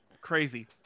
Crazy